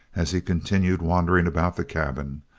as he continued wandering about the cabin,